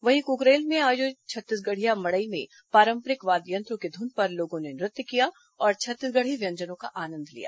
वहीं कुकरेल में आयोजित छत्तीसगढ़िया मड़ई में पारंपरिक वाद्य यंत्रों की ध्रन पर लोगों ने नृत्य किया और छत्तीसगढ़ व्यंजनों का आनंद लिया